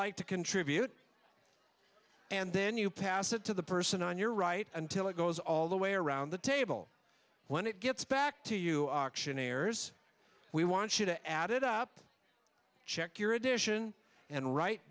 like to contribute and then you pass it to the person on your right until it goes all the way around the table when it gets back to you auctioneer's we want you to add it up check your addition and write